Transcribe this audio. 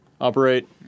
operate